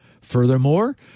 Furthermore